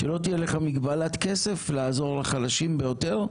שלא תהיה לך מגבלת כסף לעזור לחלשים ביותר,